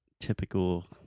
Typical